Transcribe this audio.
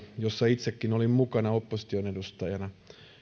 jossa itsekin olin mukana opposition edustajana